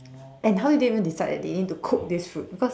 and how did they even decide that they need to cook this fruit because like